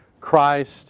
Christ